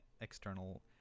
external